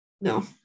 No